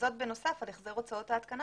וזאת בנוסף על החזר הוצאות ההתקנה